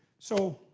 so.